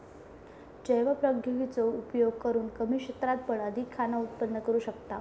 जैव प्रौद्योगिकी चो उपयोग करून कमी क्षेत्रात पण अधिक खाना उत्पन्न करू शकताव